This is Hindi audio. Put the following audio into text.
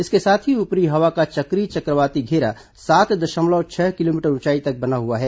इसके साथ ही ऊपरी हवा का चक्रीय चक्रवाती घेरा सात दशमलब छह किलोमीटर ऊंचाई तक बना हुआ है